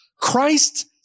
Christ